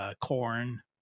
corn